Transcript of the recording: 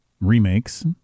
remakes